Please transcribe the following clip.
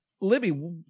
Libby